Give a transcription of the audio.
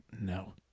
no